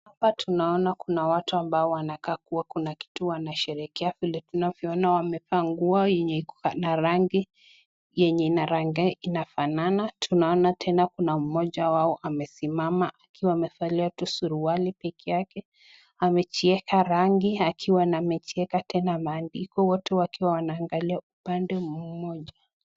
Hapa tunaona kuna watu ambao wanakaa kuwa kuna kitu wanasherehekea. Vile tunavyoona wamevaa nguo yenye rangi inafanana. Tunaona tena kuna mmoja wao amesimama akiwa amevalia tu suruali peke yake. Amejieka rangi akiwa amejieka tena maandiko, watu wakiwa wanaangalia upande mmoja.